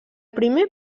primer